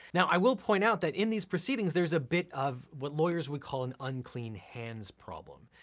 now i will point out that in these proceedings, there's a bit of what lawyers would call an unclean hands problem,